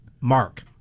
Mark